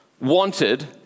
Wanted